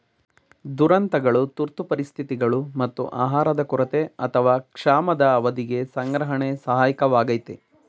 ದುರಂತಗಳು ತುರ್ತು ಪರಿಸ್ಥಿತಿಗಳು ಮತ್ತು ಆಹಾರದ ಕೊರತೆ ಅಥವಾ ಕ್ಷಾಮದ ಅವಧಿಗೆ ಸಂಗ್ರಹಣೆ ಸಹಾಯಕವಾಗಯ್ತೆ